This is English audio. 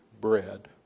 bread